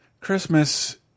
Christmas